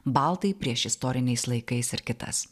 baltai priešistoriniais laikais ir kitas